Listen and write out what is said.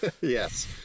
yes